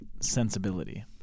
sensibility